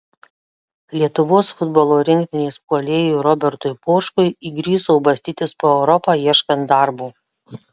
lietuvos futbolo rinktinės puolėjui robertui poškui įgriso bastytis po europą ieškant darbo